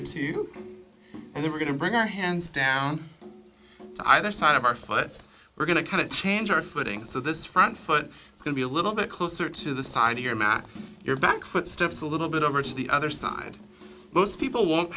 see you and they were going to bring our hands down either side of our foot we're going to kind of change our footing so this front foot can be a little bit closer to the side of your mat your back foot steps a little bit over to the other side most people won't